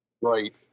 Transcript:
Right